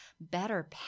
better